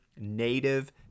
native